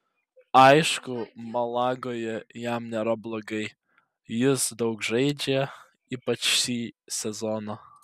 aišku malagoje jam nėra blogai jis daug žaidžia ypač šį sezoną